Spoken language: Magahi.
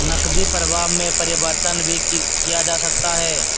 नकदी प्रवाह में परिवर्तन भी किया जा सकता है